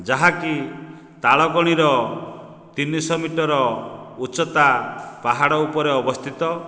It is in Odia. ଯାହାକି ତାଳବଣିର ତିନିଶହ ମିଟର ଉଚ୍ଚତା ପାହାଡ଼ ଉପରେ ଅବସ୍ଥିତ